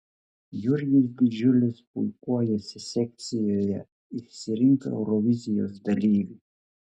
jurgis didžiulis puikuojasi sekcijoje išsirink eurovizijos dalyvį